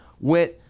went